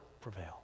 prevail